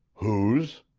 whose?